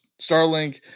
Starlink